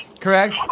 Correct